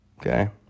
Okay